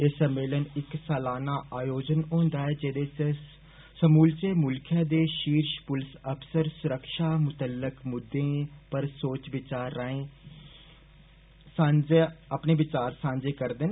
एह सम्मेलन इक सालाना आयोजन हुन्दा ऐ जेदे च समूलचे मुल्ख दे पीर्श पुलस अफसर सुरक्षा मुतल्लक मुद्दे सोच विचार राएं विचार सांझे करदे न